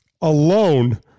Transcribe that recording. alone